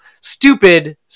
Stupid